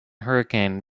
hurricane